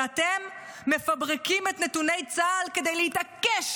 ואתם מפברקים את נתוני צה"ל כדי להתעקש